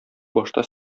башта